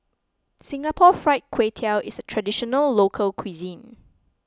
Singapore Fried Kway Tiao is a Traditional Local Cuisine